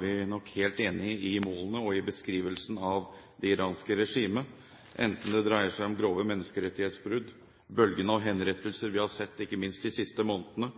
vi nok helt enige om målene og beskrivelsen av det iranske regimet – enten det dreier seg om grove menneskerettighetsbrudd, bølgen av henrettelser vi har sett ikke minst de siste månedene,